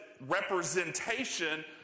representation